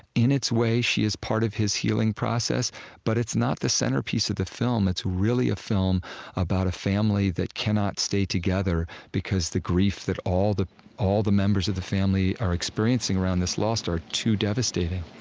in its way, she is part of his healing process but it's not the centerpiece of the film. it's really a film about a family that cannot stay together, because the grief that all the all the members of the family are experiencing around this loss are too devastating